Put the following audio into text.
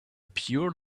pure